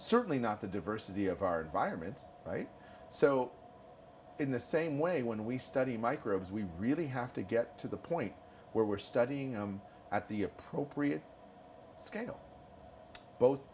certainly not the diversity of our environments right so in the same way when we study microbes we really have to get to the point where we're studying at the appropriate scale both